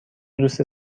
دوست